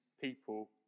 people